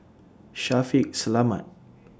Shaffiq Selamat